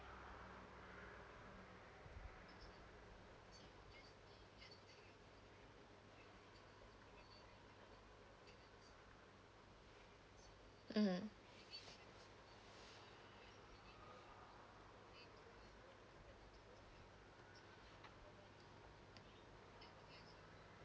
mmhmm